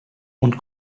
und